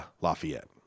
Lafayette